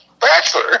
bachelor